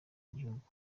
igihugu